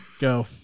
Go